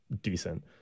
decent